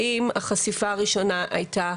האם החשיפה הראשונה הייתה